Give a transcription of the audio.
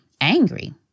angry